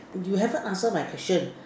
you haven't answer my question